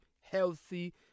healthy